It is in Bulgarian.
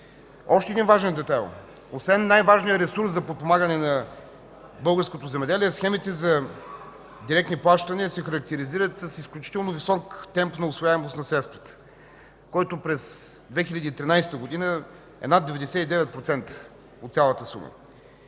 Още един важен детайл – освен най-важния ресурс за подпомагане на българското земеделие, схемите за директни плащания се характеризират с изключително висок темп на усвояемост на средствата, който през 2013 г. е над 99% от цялата сума.